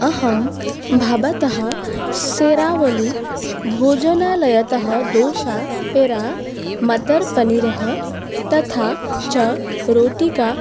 अहं भवतः सेरावली भोजनालयतः दोसा पेरा मटर्पनीरः तथा च रोटिका